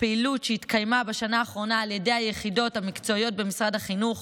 לפעילות שהתקיימה בשנה האחרונה על ידי היחידות המקצועיות במשרד החינוך.